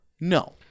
No